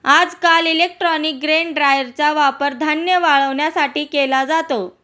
आजकाल electronic grain ड्रायरचा वापर धान्य वाळवण्यासाठी केला जातो